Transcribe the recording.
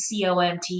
COMT